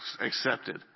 accepted